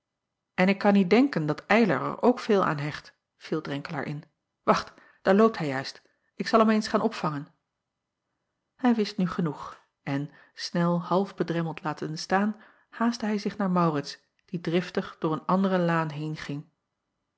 n ik kan niet denken dat ylar er ook veel aan hecht viel renkelaer in wacht daar loopt hij juist ik zal hem eens gaan opvangen ij wist nu genoeg en nel half bedremmeld latende staan haastte hij zich naar aurits die driftig door een andere laan